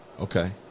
Okay